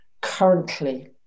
currently